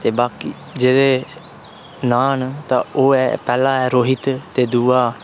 ते बाकी जेह्दे नांऽ न ता ओह् ऐ पैह्ला ऐ रोहित ते दूआ